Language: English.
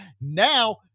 Now